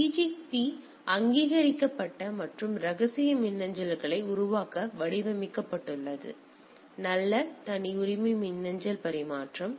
எனவே பிஜிபி அங்கீகரிக்கப்பட்ட மற்றும் ரகசிய மின்னஞ்சல்களை உருவாக்க வடிவமைக்கப்பட்டுள்ளது எனவே நல்ல தனியுரிமை மின்னஞ்சல் பரிமாற்றம்